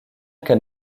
qu’un